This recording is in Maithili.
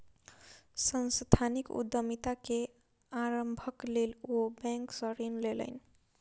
सांस्थानिक उद्यमिता के आरम्भक लेल ओ बैंक सॅ ऋण लेलैन